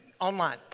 online